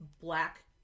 black